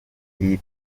iyi